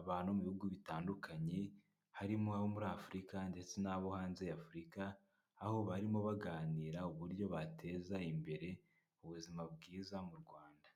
abantu mu bihugu bitandukanye harimo abo muri Afurika ndetse n'abo hanze ya Afurika, aho barimo baganira uburyo bateza imbere ubuzima bwiza mu Rwanda.